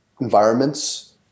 environments